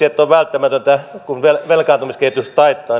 että on välttämätöntä velkaantumiskehitys taittaa